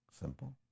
Simple